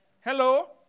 Hello